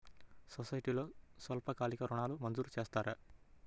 సొసైటీలో స్వల్పకాలిక ఋణాలు మంజూరు చేస్తారా?